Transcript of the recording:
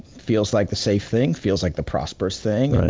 feels like the safe thing, feels like the prosperous thing.